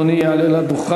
אדוני יעלה לדוכן.